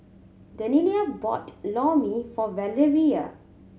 Daniella bought Lor Mee for Valeria